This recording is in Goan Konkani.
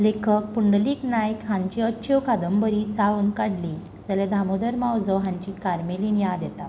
लेखक पुंडलिक नायक हांची अच्छेव कांदबरी चाळून काडली जाल्यार दामोदर मावजो हांची कार्मेलीन याद येता